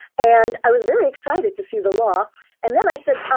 and i was very excited to see the law and then i said,